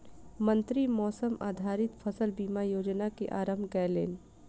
मंत्री मौसम आधारित फसल बीमा योजना के आरम्भ केलैन